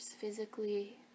physically